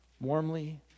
Warmly